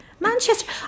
Manchester